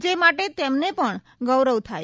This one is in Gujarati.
જે માટે તેમને પણ ગૌરવ થાય